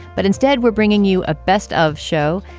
but instead we're bringing you a best of show.